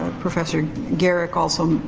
professor garrick, also,